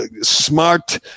smart